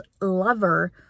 lover